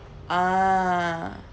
ah